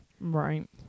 Right